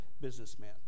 businessman